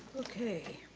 okay.